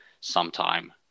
sometime